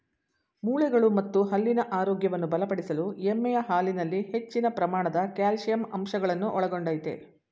ಮೂಳೆಗಳು ಮತ್ತು ಹಲ್ಲಿನ ಆರೋಗ್ಯವನ್ನು ಬಲಪಡಿಸಲು ಎಮ್ಮೆಯ ಹಾಲಿನಲ್ಲಿ ಹೆಚ್ಚಿನ ಪ್ರಮಾಣದ ಕ್ಯಾಲ್ಸಿಯಂ ಅಂಶಗಳನ್ನು ಒಳಗೊಂಡಯ್ತೆ